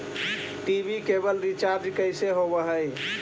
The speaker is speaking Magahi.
टी.वी केवल रिचार्ज कैसे होब हइ?